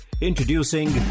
Introducing